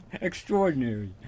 Extraordinary